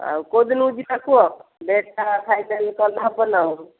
ଆଉ କୋଉ ଦିନକୁ ଯିବା କୁହ ଡେଟ୍ଟା ଫାଇନାଲ୍ କଲେ ହେବ ନା ଆଉ